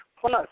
Plus